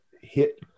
hit